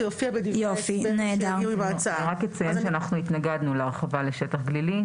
זה יופיע --- אני רק אציין שאנחנו התנגדו להרחבה לשטח גלילי,